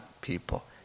people